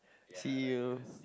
see you